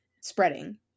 spreading